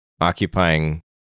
occupying